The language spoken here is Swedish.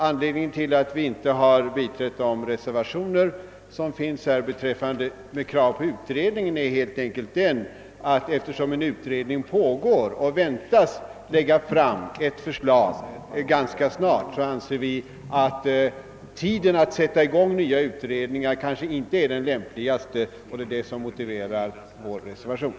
Anledningen till att vi inte biträtt reservationerna med krav på utredning är helt enkelt den, att eftersom en utredning pågår och väntas lägga fram ett förslag ganska snart så anser vi att tiden att sätta i gång nya utredningar nu kanske inte är den lämpligaste. Det är det som motiverar vår blanka reservation.